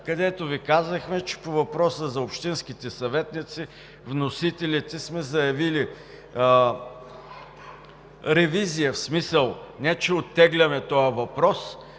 където Ви казахме, че по въпроса за общинските съветници вносителите сме заявили ревизия, в смисъл не че оттегляме този въпрос,